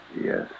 Yes